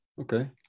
okay